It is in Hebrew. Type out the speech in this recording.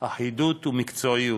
אחידות ומקצועיות.